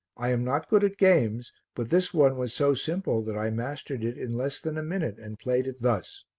i am not good at games, but this one was so simple that i mastered it in less than a minute and played it thus